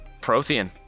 Prothean